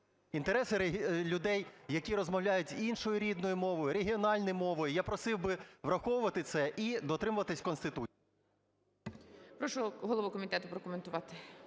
інтереси людей, які розмовляють і іншою рідною мовою, регіональною мовою. Я просив би враховувати це і дотримуватись Конституції. ГОЛОВУЮЧИЙ. Прошу голову комітету прокоментувати.